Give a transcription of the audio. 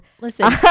Listen